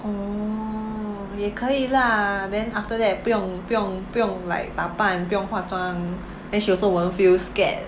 orh 也可以 lah then after that 不用不用不用 like 打扮不用化妆 then she also won't feel scared